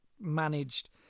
managed